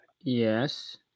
Yes